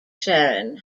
sharon